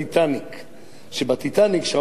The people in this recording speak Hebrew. ב"טיטניק", כשהאונייה התחילה לטבוע,